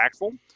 impactful